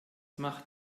macht